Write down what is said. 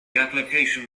application